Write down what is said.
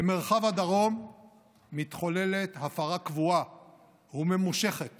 במרחב הדרום מתחוללת הפרה קבועה וממושכת